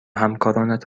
همکارانت